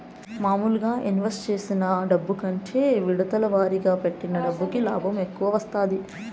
మాములుగా ఇన్వెస్ట్ చేసిన డబ్బు కంటే విడతల వారీగా పెట్టిన డబ్బుకి లాభం ఎక్కువ వత్తాది